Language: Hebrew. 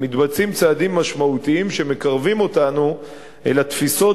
מתבצעים צעדים משמעותיים שמקרבים אותנו אל התפיסות,